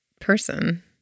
Person